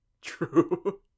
true